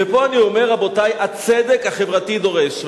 ופה הצדק החברתי דורש,